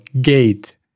gate